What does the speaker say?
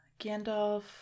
Gandalf